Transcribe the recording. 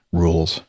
rules